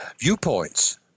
viewpoints